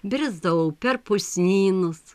brisdavau per pusnynus